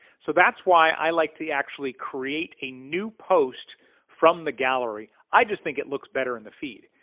so that's why i like to actually create a new post from the gallery. i just think it looks better in the feed.